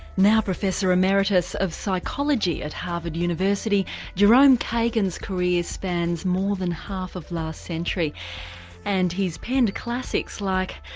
now professor emeritus of psychology at harvard university jerome kagan's career spans more than half of last century and he's penned classics like,